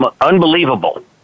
unbelievable